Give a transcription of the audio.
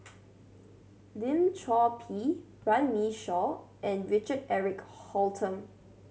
Lim Chor Pee Runme Shaw and Richard Eric Holttum